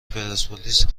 پرسپولیس